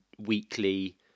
weekly